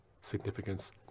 significance